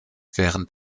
während